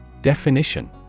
Definition